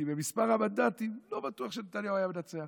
כי במספר המנדטים לא בטוח שנתניהו היה מנצח.